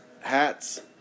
hats